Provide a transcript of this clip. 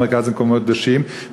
המרכז למקומות קדושים,